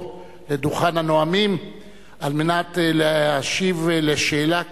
לדוכן הנואמים על מנת להשיב על השאלה,